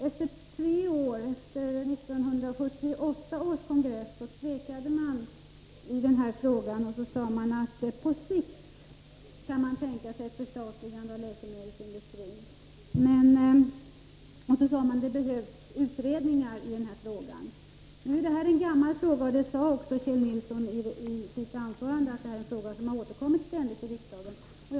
Efter tre år, vid 1978 års kongress, tvekade man i den här frågan och sade att man på sikt kunde tänka sig ett förstatligande av läkemedelsindustrin och att det behövs utredningar i den här frågan. Detta är en gammal fråga som ständigt återkommit till riksdagen. Det sade också Kjell Nilsson i sitt anförande.